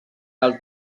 del